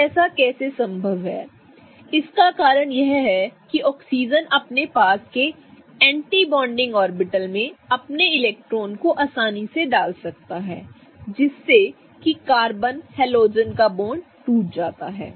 तो ऐसा कैसे संभव है इसका कारण यह है कि ऑक्सीजन अपने पास के एंटी बॉन्डिंग ऑर्बिटल में अपने इलेक्ट्रॉनों को आसानी से डाल सकता है जिससे कि कार्बन हैलोजन बॉन्ड टूट जाता है